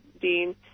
dean